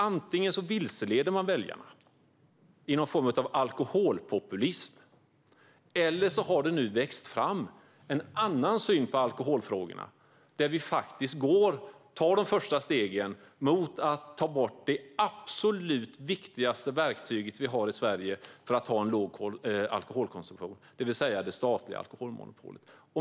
Antingen vilseleder man alltså väljarna med någon form av alkoholpopulism, eller så har det nu växt fram en annan syn på alkoholfrågorna, där vi faktiskt tar de första stegen mot att ta bort det absolut viktigaste verktyget vi har i Sverige för att ha en låg alkoholkonsumtion, det vill säga det statliga alkoholmonopolet.